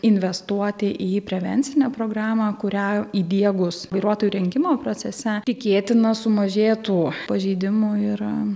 investuoti į prevencinę programą kurią įdiegus vairuotojų rengimo procese tikėtina sumažėtų pažeidimų yra